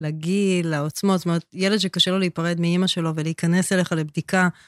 לגיל, לעוצמו, זאת אומרת, ילד שקשה לו להיפרד מאימא שלו ולהיכנס אליך לבדיקה.